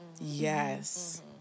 Yes